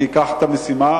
אני אקח את המשימה.